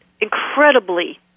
incredibly